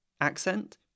accent